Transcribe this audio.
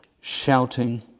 shouting